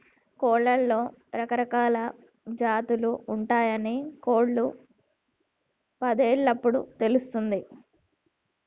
కోడ్లలో రకరకాలా జాతులు ఉంటయాని కోళ్ళ పందేలప్పుడు తెలుస్తది